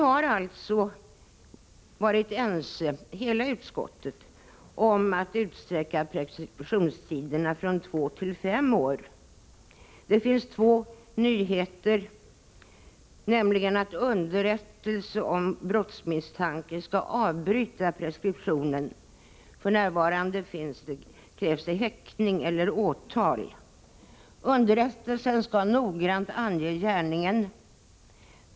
Utskottet är enigt om att utsträcka preskriptionstiderna från två till fem år. Det finns därtill två nyheter. Underrättelse om brottsmisstanke skall avbryta preskriptionen. F.n. krävs häktning eller åtal. Underrättelsen skall noggrant ange gärningen.